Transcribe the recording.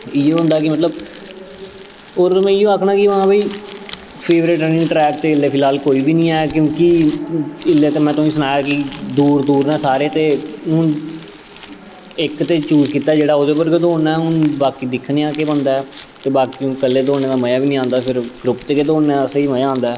ते इ'यो होंदा कि मतलब होर में इ'यो आखनां कि महां भाई फेवरट रन्निंग ट्रैक ते एल्लै फिलहाल कोई निं है क्योंकि इल्लै ते में तुसें गी सनाया कि दूर दूर न सारे ते हून इक ते चूज कीता ऐ जेह्ड़ा ओह्दे पर गै दौड़ना ऐ हून बाकी दिक्खने आं केह् बनदा ऐ ते बाकी हून कल्ले दौड़ने दा मजा बी निं औंदा फिर ग्रुप च गै दौड़ने दा स्हेई मजा औंदा ऐ